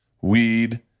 weed